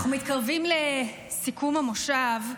אנחנו מתקרבים לסיכום המושב,